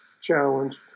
challenge